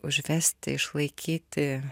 užvesti išlaikyti